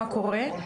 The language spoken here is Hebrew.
הכל.